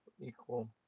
equal